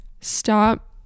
stop